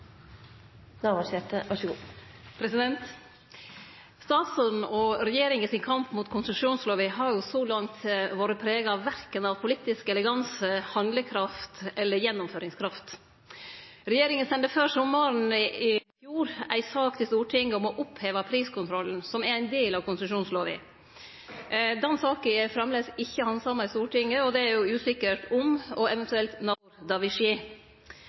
regjeringa sin kamp mot konsesjonslova har så langt verken vore prega av politisk eleganse, handlekraft eller gjennomføringskraft. Regjeringa sende før sommaren i fjor ei sak til Stortinget om å oppheve priskontrollen, som er ein del av konsesjonslova. Den saka er framleis ikkje handsama i Stortinget, og det er usikkert om og eventuelt når det vil skje.